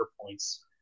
points